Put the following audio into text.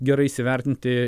gerai įsivertinti